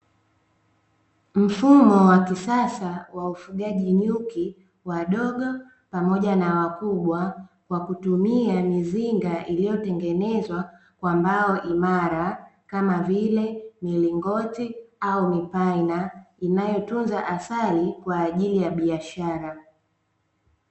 Mfumo wa kisasa wa ufugaji nyuki wadogo pamoja na wakubwa, kwa kutumia mizinga iliyotengenezwa kwa mbao imara, kama vile milingoti au mipaina inayotunza asali kwa ajili ya biashara.